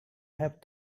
have